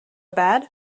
bad